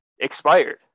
expired